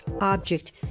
object